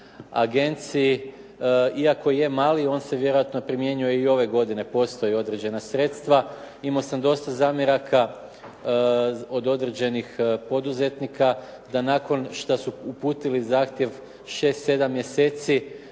agenciji. Iako je mali on se vjerojatno primjenjuje i ove godine, postoje određena sredstva. Imao sam dosta zamjeraka od određenih poduzetnika da nakon što su uputili zahtjev šest,